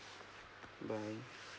bye